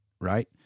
right